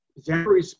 Zachary